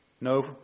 No